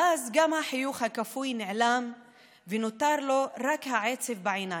ואז גם החיוך הכפוי נעלם ונותר לו רק העצב בעיניים,